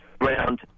round